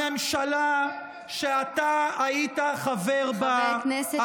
הממשלה שאתה היית חבר בה,